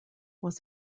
was